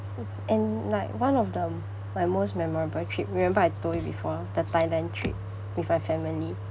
and like one of the my most memorable trip remember I told you before the thailand trip with my family